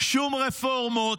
שום רפורמות.